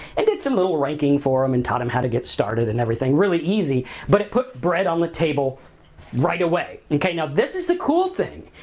and did some little ranking for them um and taught em how to get started and everything really easy but it put bread on the table right away, okay? now, this is the cool thing,